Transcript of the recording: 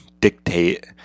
dictate